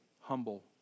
humble